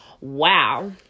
Wow